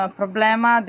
problema